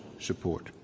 support